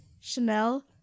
chanel